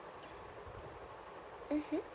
mmhmm